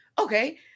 Okay